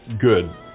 good